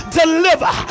deliver